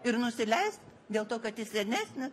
ir nusileist dėl to kad jis senesnis